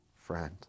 friend